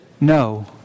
no